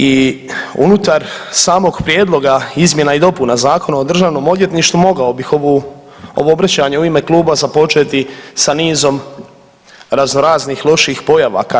I unutar samog Prijedloga izmjena i dopuna Zakona o Državnom odvjetništvu mogao bih ovo obraćanje u ime Kluba započeti sa nizom raznoraznih loših pojavaka.